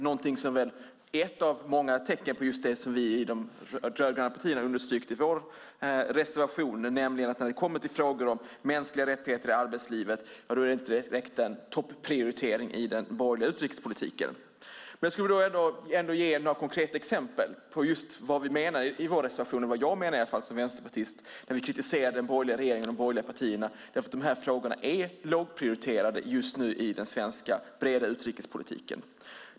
Det är ett av många tecken på vad vi i de rödgröna partierna har understrukit i vår reservation, nämligen att när det kommer till frågor om mänskliga rättigheter i arbetslivet är det inte en direkt topprioritering i den borgerliga utrikespolitiken. Jag vill ändå ge några konkreta exempel på vad vi menar i vår reservation och vad jag menar som vänsterpartist när vi kritiserar den borgerliga regeringen och de borgerliga partierna. Frågorna är lågprioriterade just nu i den svenska breda utrikespolitiken.